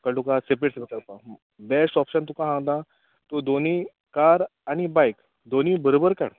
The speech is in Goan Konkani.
कळ्ळें तुका सॅपरेट यें करपा बॅश्ट ऑप्शन तुकां हांव ता तूं दोनीय कार आनी बायक दोनीय बरबर काड